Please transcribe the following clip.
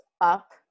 up